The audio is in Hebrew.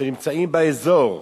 שנמצאים באזור,